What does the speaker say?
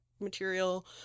material